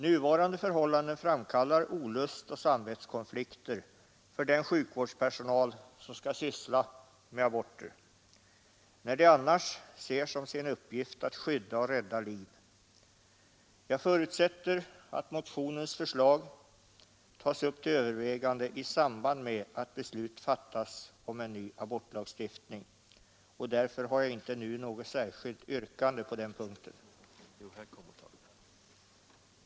Nuvarande förhållanden framkallar olust och samvetskonflikter för den sjukvårdspersonal som skall syssla med aborter, eftersom den eljest ser som sin uppgift att skydda och rädda liv. Jag förutsätter att motionens förslag tas upp till övervägande i samband med att beslut fattas om en ny abortlagstiftning. Därför har jag inte nu något särskilt yrkande på den punkten.